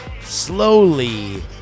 slowly